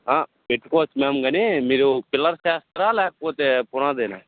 పెటుకొచ్చు ma'am కానీ మీరు pillars వేస్తారా లేకపోతే పునాదేనా